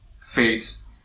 face